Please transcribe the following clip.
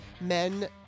men